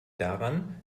daran